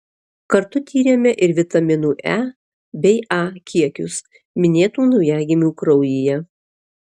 kartu tyrėme ir vitaminų e bei a kiekius minėtų naujagimių kraujyje